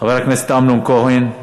חבר הכנסת אמנון כהן,